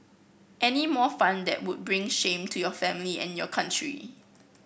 any more fun that would bring shame to your family and your country